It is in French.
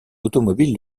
automobile